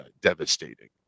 devastating